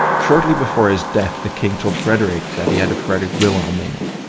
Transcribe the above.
shortly before his death, the king told frederick that he had a frederick wilhelm in him.